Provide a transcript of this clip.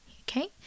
okay